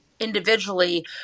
individually